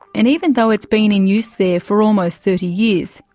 and even though it's been in use there for almost thirty years,